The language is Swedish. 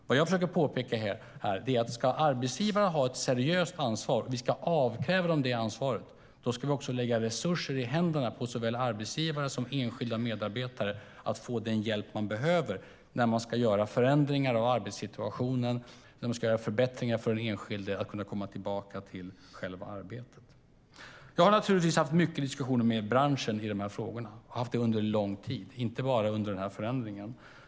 Vad jag försöker påpeka är att om arbetsgivarna ska ha ett seriöst ansvar - och vi ska avkräva dem detta ansvar - ska vi lägga resurser i händerna på dem så att enskilda medarbetare får den hjälp som de behöver för att förändra sin arbetssituation och kunna komma tillbaka till arbete. Jag har naturligtvis haft mycket diskussioner med branschen i de här frågorna. Jag har haft det under lång tid, inte bara under den här förändringen.